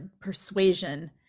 persuasion